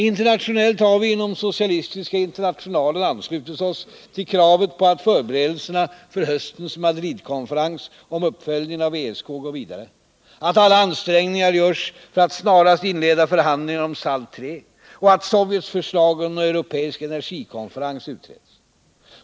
Internationellt har vi inom Socialistiska internationalen anslutit oss till kraven på att förberedelserna för höstens Madridkonferens om uppföljningen av ESK går vidare, att alla ansträngningar görs för att snarast inleda förhandlingar om SALT III och att Sovjets förslag om en europeisk energikonferens utreds.